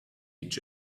each